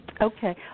Okay